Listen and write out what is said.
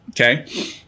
okay